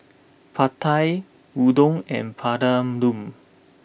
Pad Thai Udon and Papadum